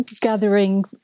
gathering